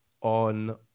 on